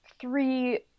three